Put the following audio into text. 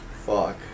Fuck